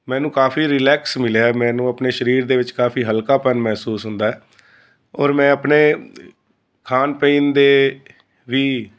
ਮੈਨੂੰ ਕਾਫ਼ੀ ਰਿਲੈਕਸ ਮਿਲਿਆ ਮੈਨੂੰ ਆਪਣੇ ਸਰੀਰ ਦੇ ਵਿੱਚ ਕਾਫ਼ੀ ਹਲਕਾਪਨ ਮਹਿਸੂਸ ਹੁੰਦਾ ਹੈ ਔਰ ਮੈਂ ਆਪਣੇ ਖਾਣ ਪੀਣ ਦੇ ਵੀ